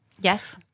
Yes